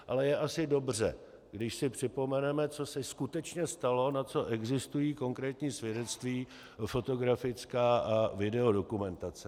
Ale je asi dobře, když si připomeneme, co se skutečně stalo, na co existují konkrétní svědectví fotografická a videodokumentace.